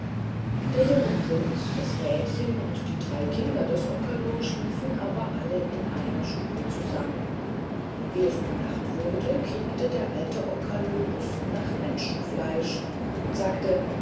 der junge prinz das mädchen und die drei kinder des okerlo schliefen aber alle in einer stube zusammen wie es nun nacht wurde kriegte der alte okerlo lust nach menschenfleisch und sagte